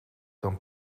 dan